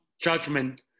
judgment